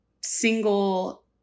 single